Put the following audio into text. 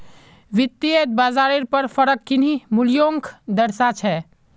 वित्तयेत बाजारेर पर फरक किन्ही मूल्योंक दर्शा छे